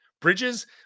Bridges